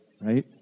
right